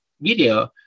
video